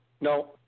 No